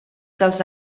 dels